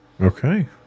Okay